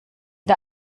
der